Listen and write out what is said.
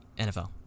NFL